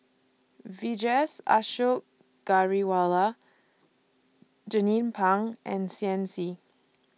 Vijesh Ashok Ghariwala Jernnine Pang and Shen Xi